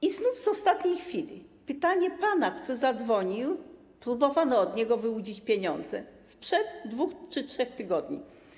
I znów z ostatniej chwili: pytanie pana, który zadzwonił - próbowano od niego wyłudzić pieniądze - sprzed 2 czy 3 tygodni.